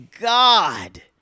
God